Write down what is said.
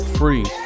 free